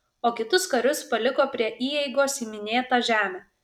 o kitus karius paliko prie įeigos į minėtą žemę